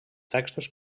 textos